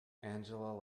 angela